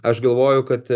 aš galvoju kad